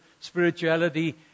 spirituality